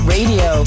Radio